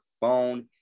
phone